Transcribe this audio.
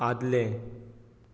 आदलें